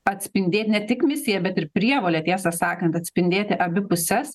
atspindėt ne tik misiją bet ir prievolę tiesą sakant atspindėti abi puses